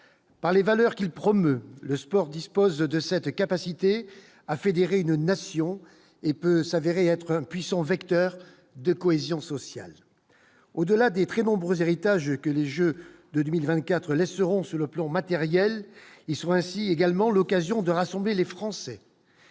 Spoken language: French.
par les valeurs qu'il promeut le sport disposent de cette capacité à fédérer une nation et peut s'avérer être un puissant vecteur de cohésion sociale au-delà des très nombreux héritage que les Jeux 2024 seront sur le plan matériel, ils sont ainsi également l'occasion de rassembler les Français,